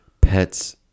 pets